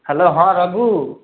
hello ହଁ ରଘୁ